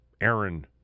Aaron